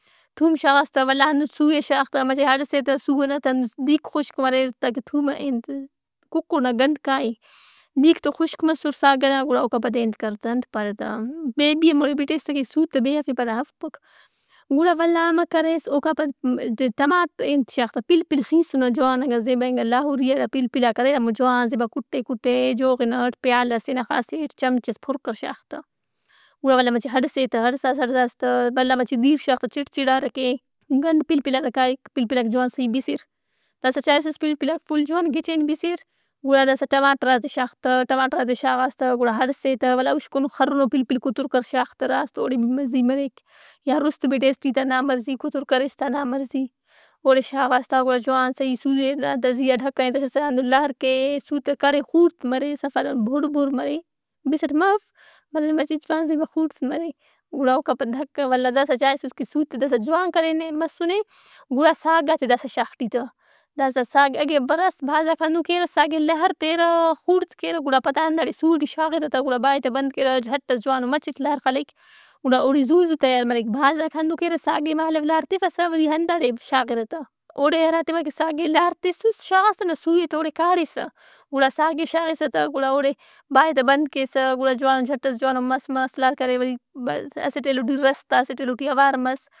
تھوم شاغاس ولداہندن سُو ئے شاغ تہ مچہ ہڑسے تہ سو ئنا تہ ہندن دِیک خشک مریر تاکہ تھومہ ئے انت ککڑ نا گند کائہہ۔ دیرک تہ خشک مسر ساگ ئنا گڑا اوکا پد ئے انت کر تہ، انت پارہ تہ پین بھی ہموڑے بِٹیس تہ کہ سُوتہ بے ئکہ پدا ارفپک۔ گڑا ولدا امہ کریس۔ اوکا پد ٹماٹہ- ئے انت شاغ تہ پلپل خیسنو جوان انگا زیباانگا لاہوریئادا پلپلاک اریرہمو جوان زیبا کُٹے کٹےجوغن اٹ پیالہ سے نا خاسے اٹ چمچہ ئس پُر کہ شاغ تہ۔ گُڑاولدا مچہ ہڑسے تہ۔ ہڑساس ہڑساس تہ ولدا مچہ دِیر شاغ تہ چِڑچِڑارہ کے۔ گند پلپلات آ کائک۔ پلپلاک جوان صحیح بِسِر۔ داسا چائسُس پلپلاک فل جوان گچین بِسیر گُڑا داسا ٹماٹرات ئے شاغ تہ۔ ٹماٹراتے شاغاس تہ گڑا ہڑسے تہ۔ ولدا اُشکن خرنو پلپل کتر کہ شاغ تہ راست اوڑے بھی مزہی مریک۔ یا رُست بڑیس ٹی تہ نا مرضی کتر کریس تا نا مرضی۔ اوڑے شاغاس تا گڑا جوان صحیح سُوئے نا زیّا ڈھکن ئے تِخِسہ ہندن لہر کے، سُو تہ کڑھے خوڑت مرے۔ صفا دہن بُر بُر مرے۔ بِسٹ مف ولدا مچہ جوان زیبا خوڑت مرے گُڑا اوکا پد ڈھکہ۔ ولدا داسا چائسُس کہ سُو تہ داسا جوان کرینے مسُّنے گُڑا ساگات ئے داسا شاغ ٹی تہ۔ داسا ساگ اگہ بہ- راست بھازاک ہندن کیرہ ساگ ئے لہر تیرہ خوڑت کیرہ گڑا پدا ہنداڑے سُو ئٹی شاغرہ تہ گڑا بائے تہ بند کیرہ۔ جٹس جوان مچٹ لہر خلیک گڑا اوڑے زو زو تیار مریک۔ بھازاک ہندن کیرہ ساگ ئے مہالو لہر تِفسہ وری ہنداڑے شاغِرہ تہ۔ اوڑے ہراٹیم آ ساگ ئے لہر تِسُّس شاغاس تہ ہندا سُوئے تہ اوڑے کاڑھِسہ گُڑا ساگ ئے شاغِسہ تہ گُڑا اوڑے بائے تہ بند کیسہ گُڑا جوانو جٹس جوانو مس مس لہر کرے وری بس اسٹ ایلو ٹی رس تا اسٹ ایلو ٹی اوار مس۔